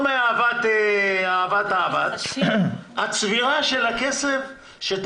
מעסיק בענף המפורט בתוספת השנייה לחוק ישלם